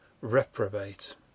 reprobate